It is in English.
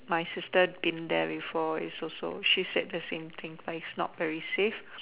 my sister didn't dare before is also she said the same thing but it's not very safe